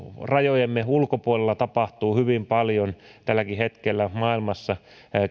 rajojemme ulkopuolella tapahtuu hyvin paljon tälläkin hetkellä maailmassa